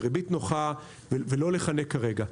בריבית נוחה ולא לחלק כרגע.